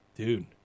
Dude